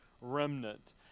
remnant